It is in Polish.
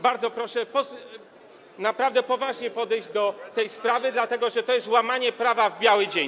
Bardzo proszę naprawdę poważnie podejść do tej sprawy, dlatego że to jest łamanie prawa w biały dzień.